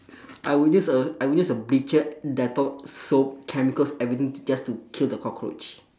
I would use a I would use a bleacher dettol so~ chemicals everything just to kill the cockroach